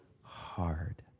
hard